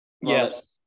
Yes